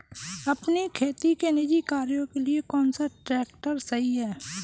अपने खेती के निजी कार्यों के लिए कौन सा ट्रैक्टर सही है?